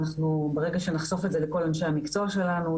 ברגע שנחשוף את זה לכל אנשי המקצוע שלנו,